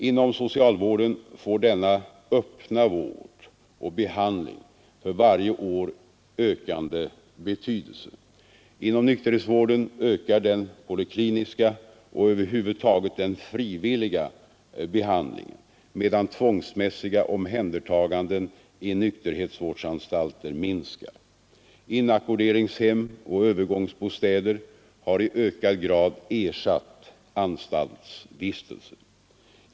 Inom socialvården får denna öppna vård och behandling ökande betydelse. Inom nykterhetsvården ökar den polikliniska och över huvud taget den frivilliga behandlingen, medan tvångsmässiga omhändertaganden i nykterhetsvårdsanstalter minskar. Inackorderingshem och övergångsbostäder har i ökad grad ersatt anstaltsvistelse.